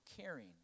caring